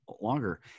longer